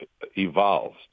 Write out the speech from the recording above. evolved